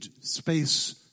space